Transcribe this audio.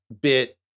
bit